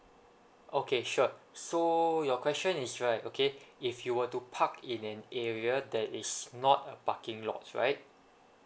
okay sure so your question is right okay if you were to park in an area that is not a parking lots right